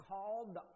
called